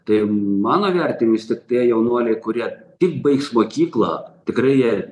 tai mano vertinimu vis tik tie jaunuoliai kurie tik baigs mokyklą tikrai jie